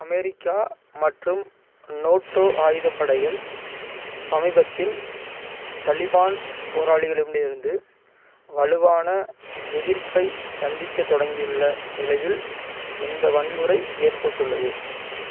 America மற்றும் NATO ஆயுதப் படைகள் சமீபத்தில் தலிபான் போராளிகளிடமிருந்து வலுவான எதிர்ப்பைச் சந்திக்கத் தொடங்கியுள்ள நிலையில் இந்த வன்முறை ஏற்பட்டுள்ளது